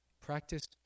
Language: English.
practice